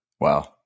Wow